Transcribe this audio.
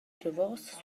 davos